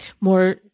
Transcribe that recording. more